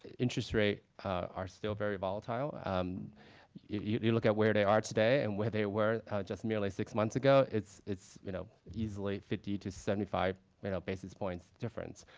interest rates are still very volatile. um if you look at where they are today and where they were just merely six months ago, it's it's you know easily fifty to seventy five basis points difference.